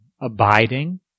abiding